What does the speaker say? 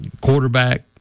quarterback